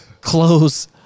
close